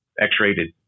X-rated